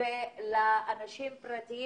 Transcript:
ועד 5,000 לאנשים פרטיים.